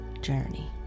journey